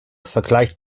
vergleicht